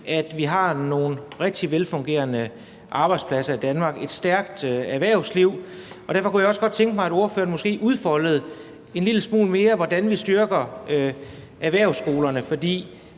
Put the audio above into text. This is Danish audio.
at vi har nogle rigtig velfungerende arbejdspladser i Danmark, et stærkt erhvervsliv, og derfor kunne jeg også godt tænke mig, at ordføreren måske uddybede en lille smule mere, hvordan vi styrker erhvervsskolerne. For